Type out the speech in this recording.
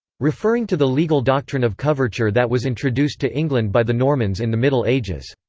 referring to the legal doctrine of coverture that was introduced to england by the normans in the middle ages.